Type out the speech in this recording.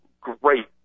great